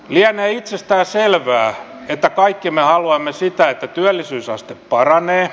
lienee itsestään selvää että kaikki me haluamme sitä että työllisyysaste paranee